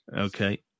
okay